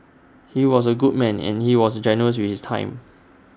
he was A good man and he was generous with his time